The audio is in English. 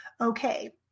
okay